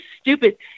stupid